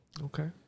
Okay